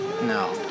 No